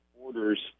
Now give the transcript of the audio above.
orders